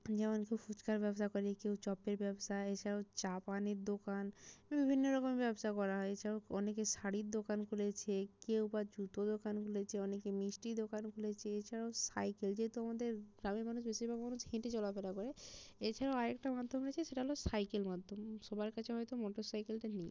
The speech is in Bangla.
যেমন কেউ ফুচকার ব্যবসা করে কেউ চপের ব্যবসা এছাড়াও চা পানির দোকান বিভিন্ন রকম ব্যবসা করা হয় এছাড়াও অনেকে শাড়ির দোকান করেছে কেউ বা জুতো দোকান খুলেছে অনেকে মিষ্টি দোকান খুলেছে এছাড়াও সাইকেল যেহেতু আমাদের গ্রামের মানুষ বেশিরভাগ মানুষ হেঁটে চলা ফেরা করে এছাড়াও আরেকটা মাধ্যম আছে সেটা হলো সাইকেল মাধ্যম সবার কাছে হয়তো মটর সাইকেলটা নেই